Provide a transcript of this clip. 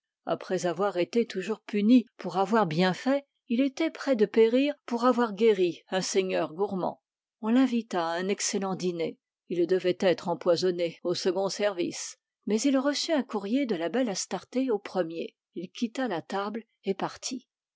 après avoir été toujours puni pour avoir bien fait il était près de périr pour avoir guéri un seigneur gourmand on l'invita à un excellent dîner il devait être empoisonné au second service mais il reçut un courrier de la belle astarté au premier il quitta la table et partit